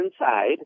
inside